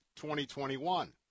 2021